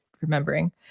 remembering